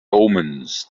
omens